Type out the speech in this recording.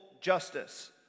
Justice